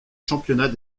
championnats